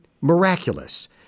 miraculous